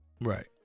Right